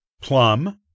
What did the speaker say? plum